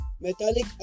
metallic